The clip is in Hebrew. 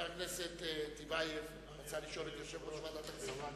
הכנסת טיבייב רצה לשאול את יושב-ראש ועדת הכספים.